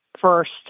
first